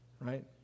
Right